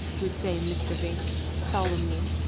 would say mr. vinck solemnly,